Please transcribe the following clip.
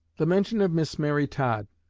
the mention of miss mary todd,